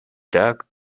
dark